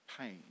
pain